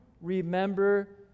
remember